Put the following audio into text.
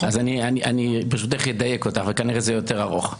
אני ברשותך אדייק אותך וכנראה זה יותר ארוך.